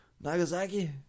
Nagasaki